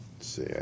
see